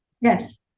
Yes